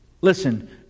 Listen